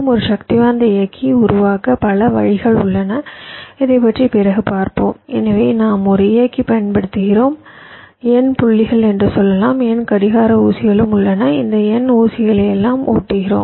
ஒரு சக்திவாய்ந்த இயக்கி உருவாக்க பல வழிகள் உள்ளன இதைப் பற்றி பிறகு பார்ப்போம் எனவே நாம் ஒரு இயக்கி பயன்படுத்துகிறோம் N புள்ளிகள் என்று சொல்லலாம் N கடிகார ஊசிகளும் உள்ளன இந்த N ஊசிகளையெல்லாம் ஓட்டுகிறோம்